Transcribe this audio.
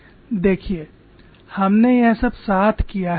देखिए हमने यह सब साथ किया है